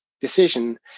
decision